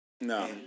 No